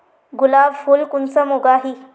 गुलाब फुल कुंसम उगाही?